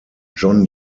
john